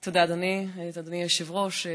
תודה, אדוני היושב-ראש.